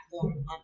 platform